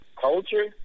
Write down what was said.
culture